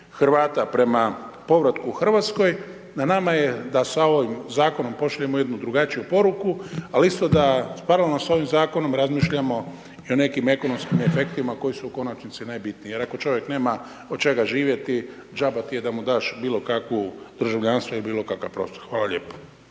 Hrvata prema povratu u Hrvatsku. Na nama je da sa ovim zakonom pošaljemo jednu drugačiju poruku, al isto da paralelno s ovim zakonom razmišljamo i o nekim ekonomskim efektima koji su u konačnosti najbitniji. Jer ako čovjek nema od čega živjeti đaba ti je da mu daš bilo kakvo državljanstvo i bilo kakav prostor. Hvala lijepo.